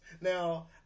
Now